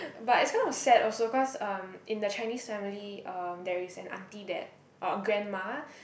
but it's kind of sad also cause um in the Chinese family um there is an auntie that uh grandma